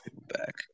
back